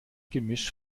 gemisch